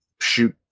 shoot